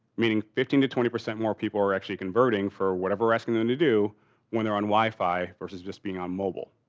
meaning fifteen to twenty percent more people are actually converting for whatever asking them to do when they're on wi-fi versus just being on mobile.